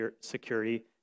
security